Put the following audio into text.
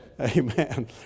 Amen